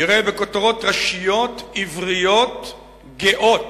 יראה בכותרות ראשיות עבריות גאות: